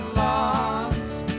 lost